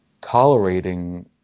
tolerating